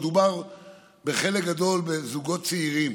מדובר בחלק גדול שהם זוגות צעירים,